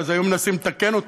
כי אז היו מנסים לתקן אותה.